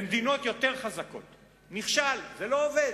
במדינות יותר חזקות זה נכשל, לא עובד.